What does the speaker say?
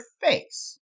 face